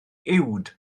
uwd